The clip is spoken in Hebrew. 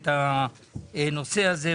את הנושא הזה.